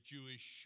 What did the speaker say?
Jewish